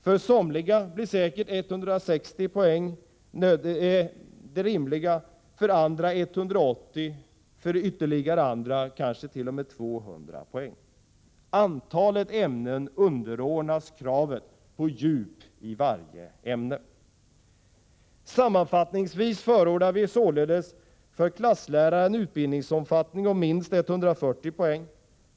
För somliga blir säkert 160 poäng det rimliga, för andra 180 och för ytterligare andra kanske t.o.m. 200 poäng. Antalet ämnen underordnas kravet på djup i varje ämne. Sammanfattningsvis förordar vi således för klasslärare en utbildningsomfattning av minst 140 poäng.